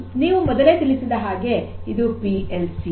ನೀವು ಮೊದಲೇ ತಿಳಿಸಿದ ಹಾಗೆ ಇದು ಪಿ ಎಲ್ ಸಿ